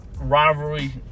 rivalry